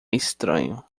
estranho